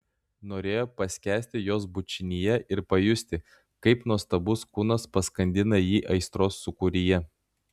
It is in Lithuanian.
norėjo paskęsti jos bučinyje ir pajusti kaip nuostabus kūnas paskandina jį aistros sūkuryje